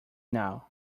now